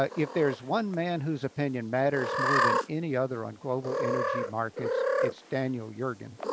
ah if there's one man whose opinion matters more than any other on global energy markets, it's daniel yergin.